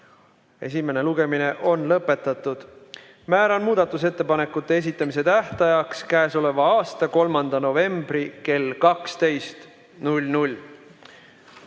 Esimene lugemine on lõpetatud. Määran muudatusettepanekute esitamise tähtajaks k.a 3. novembri kell 12.